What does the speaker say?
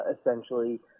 essentially